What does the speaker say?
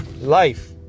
Life